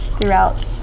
throughout